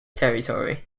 territory